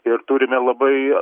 ir turime labai